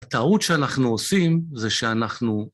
הטעות שאנחנו עושים זה שאנחנו...